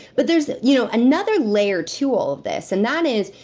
but there's you know another layer to all of this and that is,